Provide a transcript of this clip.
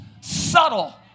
subtle